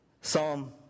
Psalm